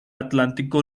atlántico